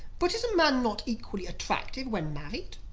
but is a man not equally attractive when married?